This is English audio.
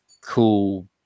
cool